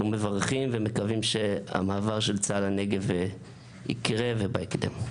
אנחנו מברכים ומקווים שהמעבר של צה"ל לנגב יקרה ובהקדם.